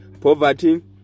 poverty